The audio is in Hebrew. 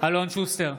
אלון שוסטר,